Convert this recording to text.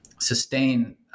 sustain